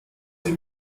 sie